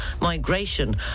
migration